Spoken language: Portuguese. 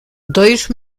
dois